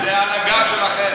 זה על הגב שלכם.